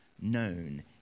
known